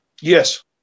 Yes